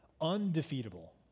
undefeatable